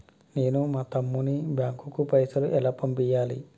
నేను మా తమ్ముని బ్యాంకుకు పైసలు ఎలా పంపియ్యాలి?